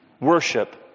worship